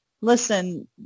listen